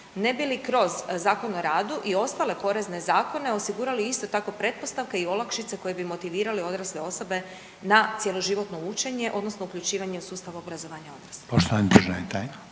ne bi li kroz Zakon o radu i ostale porezne zakone osigurali isto tako pretpostavke i olakšice koje bi motivirale odrasle osobe na cjeloživotno učenje odnosno uključivanje u sustav obrazovanja odraslih?